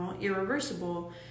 irreversible